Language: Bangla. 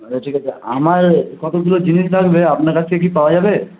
আচ্ছা ঠিক আছে আমার কতগুলো জিনিস লাগবে আপনার কাছ থেকে কি পাওয়া যাবে